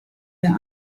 der